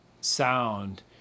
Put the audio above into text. sound